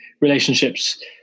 relationships